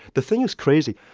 the thing is crazy.